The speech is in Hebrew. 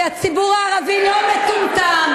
כי הציבור הערבי לא מטומטם,